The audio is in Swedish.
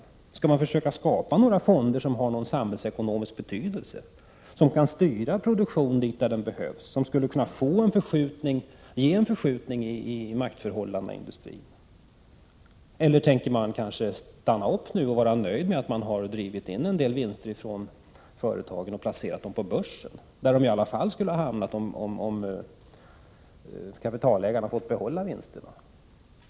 Vill regeringen försöka skapa fonder som har någon samhällsekonomisk betydelse, som kan styra produktion dit där den behövs, som skulle ge en förskjutning i maktförhållandena i industrin? Eller tänker man stanna upp nu och vara nöjd med att man har drivit in en del vinster från företagen och placerat dem på börsen, där de i alla fall skulle ha hamnat om kapitalägarna hade fått behålla vinsterna?